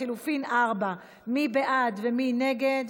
לחלופין 4. מי בעד ומי נגד?